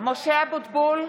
משה אבוטבול,